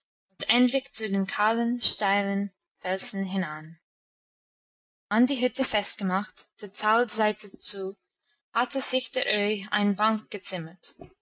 zu den kahlen steilen felsen hinan an die hütte festgemacht der talseite zu hatte sich der öhi eine bank gezimmert